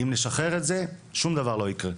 אם נשחרר את זה שום דבר לא יקרה.